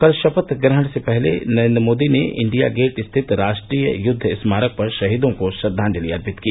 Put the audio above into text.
कल शपथ ग्रहण से पहले नरेन्द्र मोदी ने इंडिया गेट स्थित राष्ट्रीय युद्व स्मारक पर शहीदों को श्रद्वांजलि अर्पित की